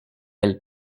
elles